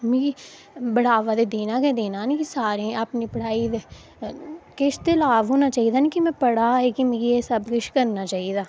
ते मिगी बढ़ावा ते देना गै देना कि सारें ई अपनी पढ़ाई दे किश ते लाभ होना चाहिदा कि में पढ़ा ते मिगी एह् सब किश करना चाहिदा